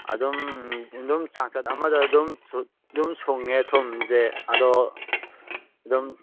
ꯑꯗꯨꯝ ꯑꯗꯨꯝ ꯆꯥꯡꯆꯠ ꯑꯃꯗ ꯑꯗꯨꯝ ꯑꯗꯨꯝ ꯁꯨꯡꯉꯦ ꯊꯨꯝꯁꯦ ꯑꯗꯣ ꯑꯗꯨꯝ